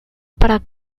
para